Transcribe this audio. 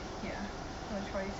ya no choice